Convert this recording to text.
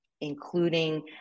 including